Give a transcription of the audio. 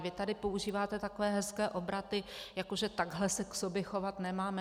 Vy tady používáte takové hezké obraty, že takhle se k sobě chovat nemáme.